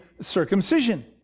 circumcision